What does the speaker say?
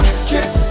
Trip